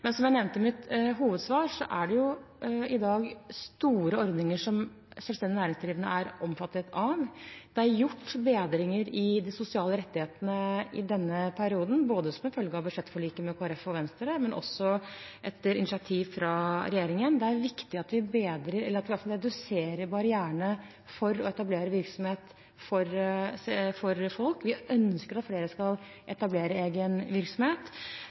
Men som jeg nevnte i mitt hovedsvar, er det i dag store ordninger selvstendig næringsdrivende er omfattet av. Det er gjort bedringer i de sosiale rettighetene i denne perioden, som en følge av budsjettforliket mellom Kristelig Folkeparti og Venstre, men også etter initiativ fra regjeringen. Det er viktig med forbedring, eller at vi i hvert fall reduserer barrierene for å etablere virksomhet for folk. Vi ønsker at flere skal etablere egen virksomhet.